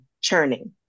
churning